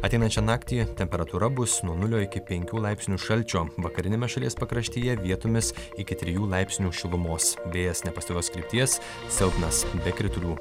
ateinančią naktį temperatūra bus nuo nulio iki penkių laipsnių šalčio vakariniame šalies pakraštyje vietomis iki trijų laipsnių šilumos vėjas nepastovios krypties silpnas be kritulių